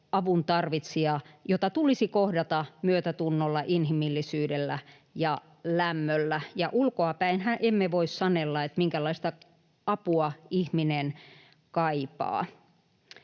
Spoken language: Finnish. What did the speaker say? avun tarvitsija, joka tulisi kohdata myötätunnolla, inhimillisyydellä ja lämmöllä. Ulkoapäinhän emme voi sanella, minkälaista apua ihminen kaipaa.